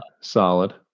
solid